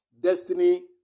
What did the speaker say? destiny